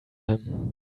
him